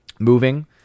Moving